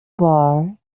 bar